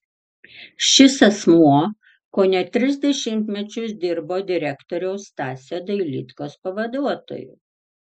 šis asmuo kone tris dešimtmečius dirbo direktoriaus stasio dailydkos pavaduotoju